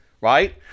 right